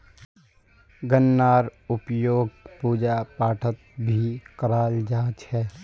गन्नार उपयोग पूजा पाठत भी कराल जा छे